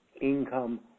income